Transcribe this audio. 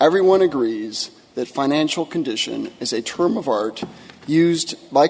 everyone agrees that financial condition is a term of art used by